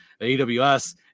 AWS